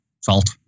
salt